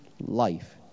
life